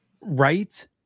Right